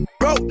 bro